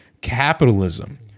capitalism